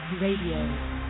Radio